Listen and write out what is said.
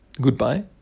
goodbye